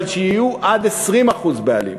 אבל שיהיו עד 20% בעלים.